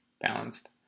balanced